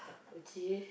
okay